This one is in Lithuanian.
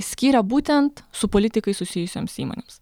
skyrė būtent su politikais susijusioms įmonėms